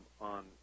on